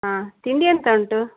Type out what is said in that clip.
ಹಾಂ ತಿಂಡಿ ಎಂತ ಉಂಟು